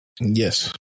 Yes